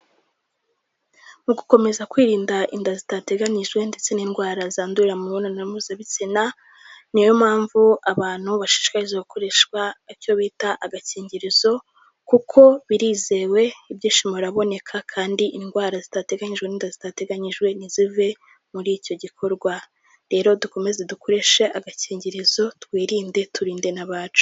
Mu gukomeza kwirinda inda zitateganyijwe ndetse n'indwara zandurira mu mibonano mpuzabitsina, niyo mpamvu abantu bashishikarizwa gukoresha icyo bita agakingirizo, kuko birizewe, ibyishimo biraboneka kandi indwara zidateganyijwe, n'inda zidateganyijwe ntizive muri icyo gikorwa, rero dukomeze dukoreshe agakingirizo, twirinde, turinde n'abacu.